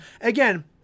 Again